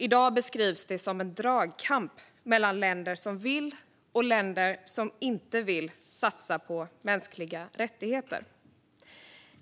I dag beskrivs det som att det sker en dragkamp mellan länder som vill och länder som inte vill satsa på mänskliga rättigheter.